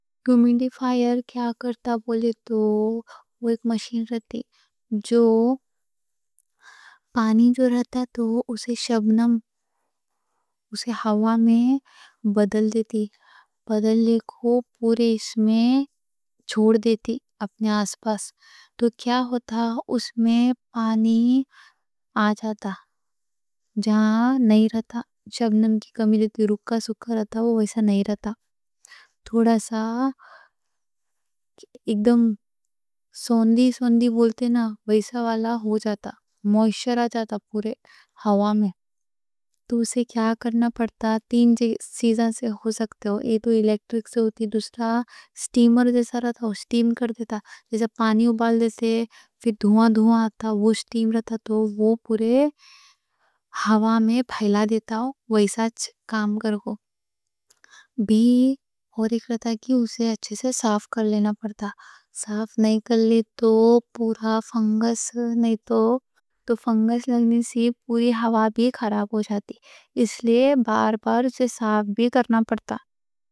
ہومیڈیفائر کیا کرتا بولے تو، وہ ایک مشین رہتی جو پانی جو رہتا تو اُسے شبنم، اُسے ہوا میں بدل دیتی۔ بدلے کو پُورا اس میں چھوڑ دیتی اپنے آس پاس۔ تو کیا ہوتا، اس میں پانی آ جاتا۔ جہاں نہیں رہتا، شبنم کی کمی رہتی، رکھّا سُکھّا رہتا، وہ ویسا نہیں رہتا۔ تھوڑا سا اگر سوندھی سوندھی بولتے نا، ویسا والا ہو جاتا، مویسچر آ جاتا پُوری ہوا میں۔ تو اُسے کیا کرنا پڑتا، تین چیزوں سے ہو سکتا، یہ تو الیکٹرک سے ہوتی۔ دوسرا سٹیمر جیسا رہتا، وہ سٹیم کر دیتا، جیسا پانی اُبال دیتے، پھر دھواں دھواں آتا۔ وہ سٹیم رہتا تو وہ پُوری ہوا میں پھیلا دیتا، ویسا کام کرو بھی۔ اور ایک رہتا کہ اُسے اچھے سے صاف کر لینا پڑتا۔ صاف نہیں کر لی تو، نہیں تو فنگس لگنے سے پُوری ہوا بھی خراب ہو جاتی، اس لیے بار بار اُسے صاف بھی کرنا پڑتا۔